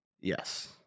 Yes